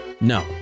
No